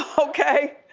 ah okay.